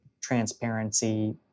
transparency